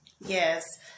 yes